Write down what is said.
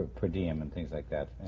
per diem and things like that?